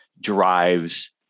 drives